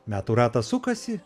metų ratas sukasi